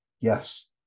yes